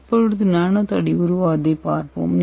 இப்போது நானோ தடி உருவாவதைப் பார்ப்போம்